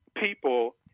people